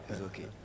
okay